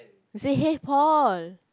he say hey Paul